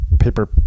Paper